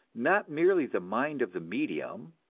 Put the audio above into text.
not merely the mind of the medium,